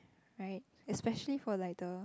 right especially for like the